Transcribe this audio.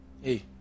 Hey